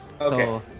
Okay